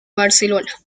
barcelona